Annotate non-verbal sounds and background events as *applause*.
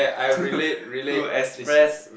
*laughs* who express